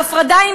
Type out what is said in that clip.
ההפרדה היא,